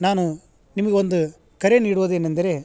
ನಾನು ನಿಮಗೊಂದು ಕರೆ ನೀಡುವುದೇನೆಂದರೆ